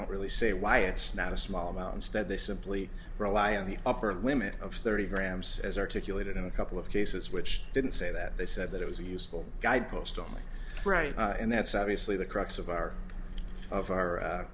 don't really say why it's not a small amount instead they simply rely on the upper limit of thirty grams as articulated in a couple of cases which didn't say that they said that it was a useful guide post only right and that's obviously the crux of our of our